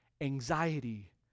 anxiety